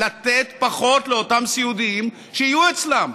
לתת פחות לאותם סיעודיים שיהיו אצלם.